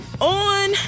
on